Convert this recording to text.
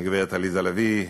הגברת עליזה לביא,